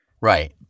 Right